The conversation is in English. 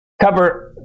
cover